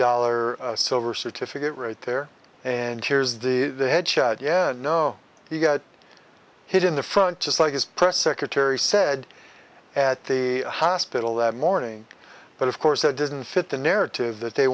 dollar silver certificate right there and here's the headshot yeah no he got hit in the front just like his press secretary said at the hospital that morning but of course that doesn't fit the narrative that they